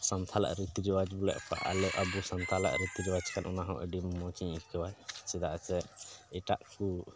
ᱥᱟᱱᱛᱟᱲᱟᱜ ᱨᱤᱛᱤ ᱨᱮᱣᱟᱡᱽ ᱵᱚᱞᱮ ᱟᱵᱚ ᱥᱟᱱᱛᱟᱲᱟᱜ ᱨᱤᱛᱤ ᱨᱮᱣᱟᱡᱽ ᱠᱟᱱᱟ ᱚᱱᱟ ᱦᱚᱸ ᱟᱹᱰᱤ ᱢᱚᱡᱽ ᱤᱧ ᱟᱹᱭᱠᱟᱹᱣᱟ ᱪᱮᱫᱟᱜ ᱥᱮ ᱮᱴᱟᱜ ᱠᱚ